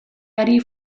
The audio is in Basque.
hari